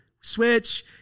Switch